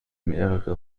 mehrere